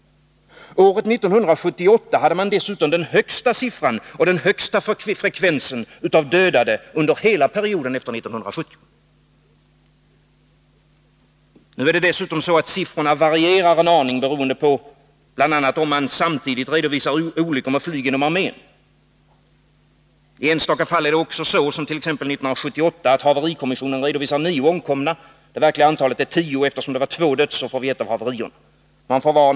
Året 1978 hade man dessutom den högsta siffran och den högsta frekvensen för dödade under hela perioden sedan 1970. Dessutom varierar siffrorna en aning, bl.a. beroende på om flygolyckor inom armén redovisas samtidigt eller ej. I enstaka fall, t.ex. 1978, är det också så att haverikommissionen redovisar felaktigt antal omkomna. För det året redovisas 9 omkomna medan det verkliga antalet var 10, eftersom ett av haverierna krävde två dödsoffer.